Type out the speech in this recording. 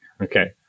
Okay